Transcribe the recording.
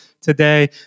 today